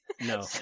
no